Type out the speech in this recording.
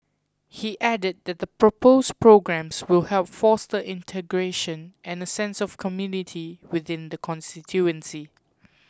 he added that the proposed programmes will help foster integration and a sense of community within the constituency